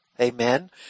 Amen